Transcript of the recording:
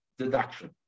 deduction